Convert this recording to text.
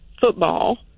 football